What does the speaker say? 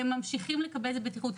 הם ממשיכים לקבל צווי בטיחות.